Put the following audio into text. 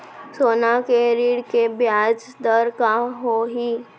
सोना के ऋण के ब्याज दर का होही?